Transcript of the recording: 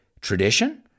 tradition